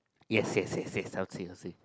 yes yes yes yes I'll see I'll see